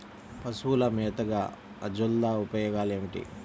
పశువుల మేతగా అజొల్ల ఉపయోగాలు ఏమిటి?